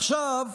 עכשיו,